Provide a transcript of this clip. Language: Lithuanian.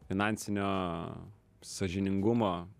finansinio sąžiningumo